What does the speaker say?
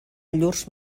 llurs